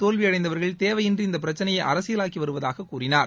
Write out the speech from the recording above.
தோல்வியடைந்தவர்கள் தேவையின்றி இந்த பிரச்சளையை அரசியலாக்கி வருவதாக தெரிவித்தார்